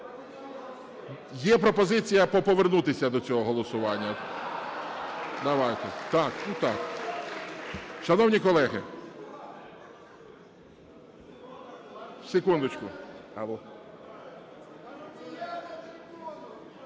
є пропозиція повернутися до цього голосування. Давайте. Ну, так. Шановні колеги, секундочку.